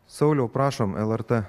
sauliau prašom lrt